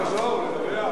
אבל אפשר תמיד לחזור ולדווח.